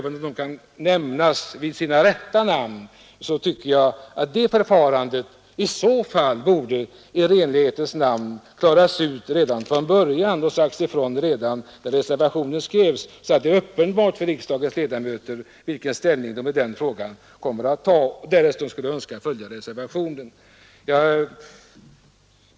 Även om detta kan nämnas vid sitt rätta namn, tycker jag att förfarandet borde ha klargjorts redan från början när reservationen skrevs så att det är uppenbart för riksdagens ledamöter vilken ställning de tar i frågan, om de verkligen skulle vilja följa reservationen.